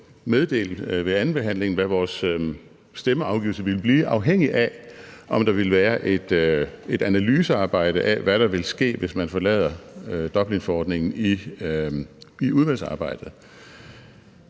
meddele ved andenbehandlingen, hvad vores stemmeafgivelse ville blive, afhængigt af om der ville være et analysearbejde i udvalgsarbejdet af, hvad der vil ske, hvis man forlader Dublinforordningen. Vi sidder